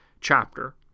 chapter